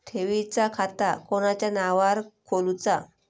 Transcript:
ठेवीचा खाता कोणाच्या नावार खोलूचा?